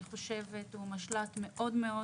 הוא משל"ט מאוד מאוד